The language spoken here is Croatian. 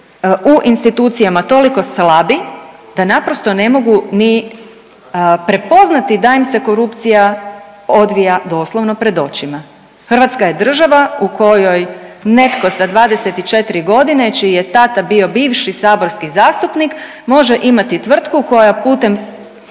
u institucijama toliko slabi da naprosto ne mogu ni prepoznati da im se korupcija odvija doslovno pred očima. Hrvatska je država u kojoj netko sa 24 godine čiji je tata bio bivši saborski zastupnik može imati tvrtku koja putem